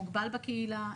מוגבל בקהילה.